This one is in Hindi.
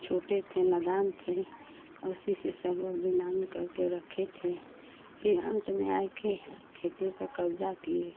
छोटे थे नादान थे और उसी से सब लोग बेईमानी करके रखे थे फिर अंत में आ कर खेती पर कब्जा किए